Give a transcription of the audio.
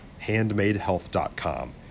HandmadeHealth.com